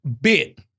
bit